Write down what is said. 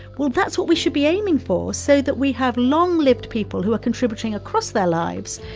well, that's what we should be aiming for so that we have long-lived people who are contributing across their lives.